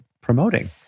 promoting